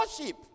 worship